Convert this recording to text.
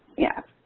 yeah.